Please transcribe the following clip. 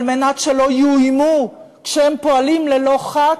כדי שלא יאוימו כשהם פועלים ללא חת,